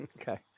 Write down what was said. Okay